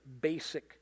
basic